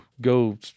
go